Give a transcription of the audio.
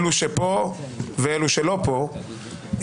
אלו שפה ואלו שלא פה,